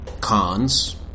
cons